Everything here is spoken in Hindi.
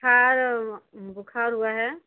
खार बुखार हुआ है